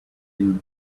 you